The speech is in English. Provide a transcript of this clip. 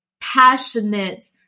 passionate